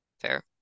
fair